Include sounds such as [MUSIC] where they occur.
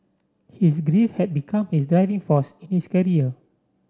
his grief had become his driving force in his [UNINTELLIGIBLE]